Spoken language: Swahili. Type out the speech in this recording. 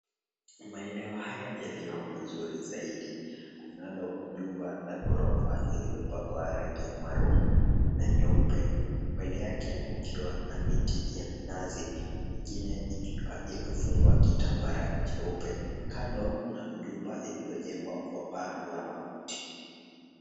Maeneo haya yaliyo mazuri zaidi. Kunalo jumba la ghorofa lililopakwa rangi ya maroon na nyeupe, mbele yake kukiwa na miti ya minazi mingine ikiwa imefungwa kitambara cheupe. Kando kunalo jumba lililojengwa kwa paa la makuti.